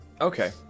Okay